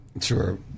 Sure